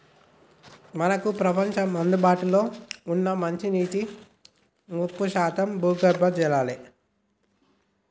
మనకు ప్రపంచంలో అందుబాటులో ఉన్న మంచినీటిలో ముప్పై శాతం భూగర్భ జలాలే